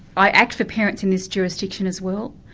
i act for parents in this jurisdiction as well,